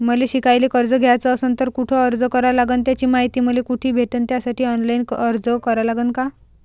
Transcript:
मले शिकायले कर्ज घ्याच असन तर कुठ अर्ज करा लागन त्याची मायती मले कुठी भेटन त्यासाठी ऑनलाईन अर्ज करा लागन का?